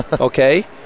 Okay